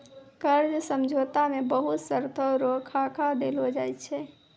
कर्जा समझौता मे बहुत शर्तो रो खाका देलो जाय छै